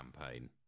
campaign